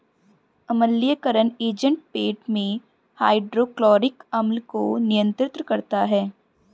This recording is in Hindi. अम्लीयकरण एजेंट पेट में हाइड्रोक्लोरिक अम्ल को नियंत्रित करता है